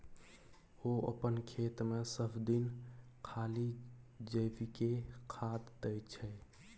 ओ अपन खेतमे सभदिन खाली जैविके खाद दै छै